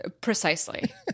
precisely